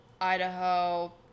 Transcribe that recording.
idaho